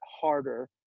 harder